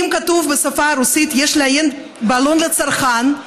אם כתוב בשפה הרוסית "יש לעיין בעלון לצרכן",